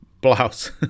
Blouse